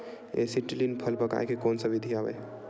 Acetylene फल पकाय के कोन सा विधि आवे?